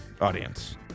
Audience